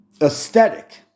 aesthetic